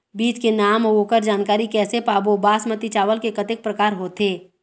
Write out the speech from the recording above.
बीज के नाम अऊ ओकर जानकारी कैसे पाबो बासमती चावल के कतेक प्रकार होथे?